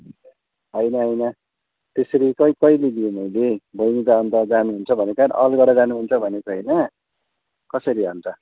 होइन होइन त्यसरी चाहिँ कहिले दिएँ मैले मैले त अन्त जानुहुन्छ भनेर सायद अरू बेला जानुहुन्छ भनेको होइन कसरी अन्त